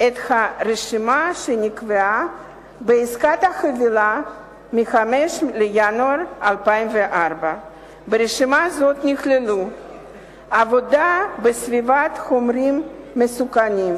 את הרשימה שנקבעה בעסקת החבילה מ-5 בינואר 2004. ברשימה זאת נכללו עבודה בסביבת חומרים מסוכנים,